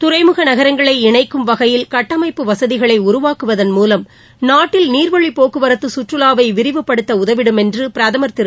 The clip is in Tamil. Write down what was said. துறைமுக நகரங்களை இணைக்கும் வகையில் கட்டமைப்பு வசதிகளை உருவாக்குவதன் மூலம் நாட்டில் நீர்வழிப் போக்குவரத்து கற்றுவாவை விரிவுபடுத்த உதவிடும் என்று பிரதமா் திரு